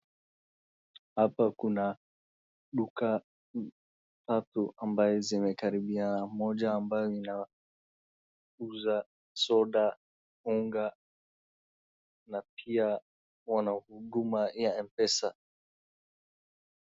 Hapa kuna duka tatu ambaye zimekaribiana. Moja ambayo inauza soda, unga na pia wana huduma ya Mpesa.